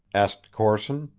asked corson.